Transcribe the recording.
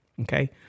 okay